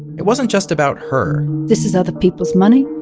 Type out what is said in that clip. it wasn't just about her this is other people's money.